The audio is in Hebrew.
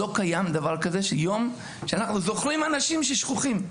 לא קיים דבר כזה, יום שאנחנו זוכרים אנשים שכוחים.